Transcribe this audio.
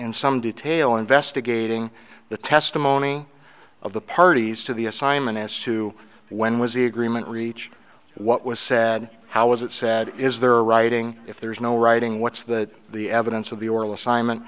in some detail investigating the testimony of the parties to the assignment as to when was the agreement reached what was said how is it said is there writing if there is no writing what's that the evidence of the orla si